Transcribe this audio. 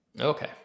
Okay